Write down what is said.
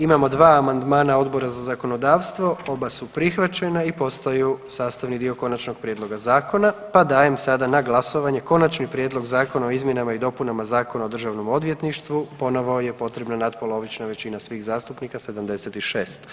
Imamo dva amandmana Odbora za zakonodavstvo, oba su prihvaćena i postaju sastavni dio konačnog prijedloga zakona, pa dajem sada na glasovanje Konačni prijedlog Zakona o izmjenama i dopunama Zakona o Državnom odvjetništvu, ponovo je potrebna natpolovična većina svih zastupnika 76.